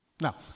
Now